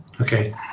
Okay